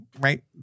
Right